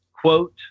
quote